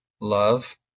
love